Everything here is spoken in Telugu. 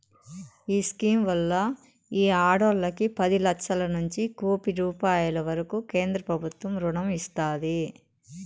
ఈ స్కీమ్ వల్ల ఈ ఆడోల్లకి పది లచ్చలనుంచి కోపి రూపాయిల వరకూ కేంద్రబుత్వం రుణం ఇస్తాది